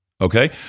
Okay